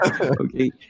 Okay